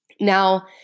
Now